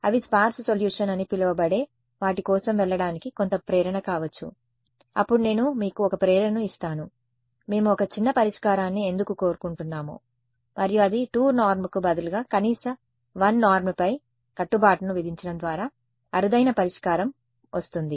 అవి sparse solution అని పిలవబడే వాటి కోసం వెళ్ళడానికి కొంత ప్రేరణ కావచ్చు అప్పుడు నేను మీకు ఒక ప్రేరేపణను ఇస్తాను మేము ఒక చిన్న పరిష్కారాన్ని ఎందుకు కోరుకుంటున్నాము మరియు అది 2 నార్మ్కు బదులుగా కనీస 1 నార్మ్పై కట్టుబాటును విధించడం ద్వారా అరుదైన పరిష్కారం వస్తుంది